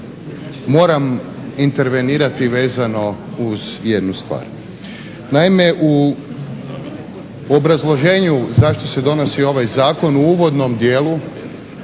moram intervenirati vezano uz jednu stvar. Naime, u obrazloženju zašto se donosi ovaj zakon u uvodnom dijelu